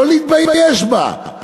לא להתבייש בה.